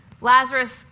Lazarus